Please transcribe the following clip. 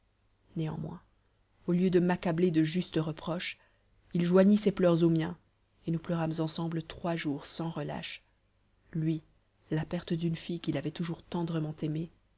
néanmoins au lieu de m'accabler de justes reproches il joignit ses pleurs aux miens et nous pleurâmes ensemble trois jours sans relâche lui la perte d'une fille qu'il avait toujours tendrement aimée